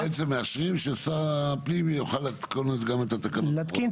עכשיו אנחנו בעצם מאשרים ששר הפנים יוכל להתקין את התקנות.